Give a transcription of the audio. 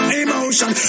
emotion